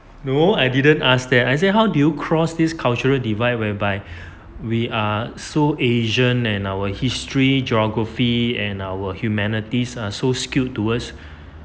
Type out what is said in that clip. no I didn't ask that I say how do you cross these cultural divide whereby we are so asian and our history geography and our humanities are so skewed towards